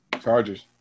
Chargers